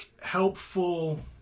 helpful